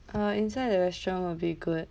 uh inside the restaurant will be good